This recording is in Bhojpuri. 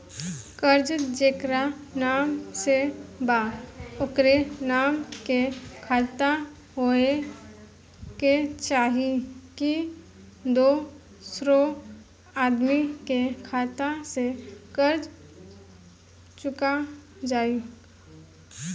कर्जा जेकरा नाम से बा ओकरे नाम के खाता होए के चाही की दोस्रो आदमी के खाता से कर्जा चुक जाइ?